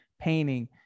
painting